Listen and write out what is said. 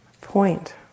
point